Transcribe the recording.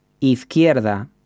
izquierda